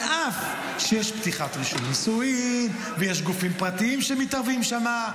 על אף שיש פתיחת רישום נישואין ויש גופים פרטיים שמתערבים שמה,